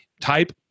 type